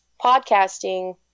podcasting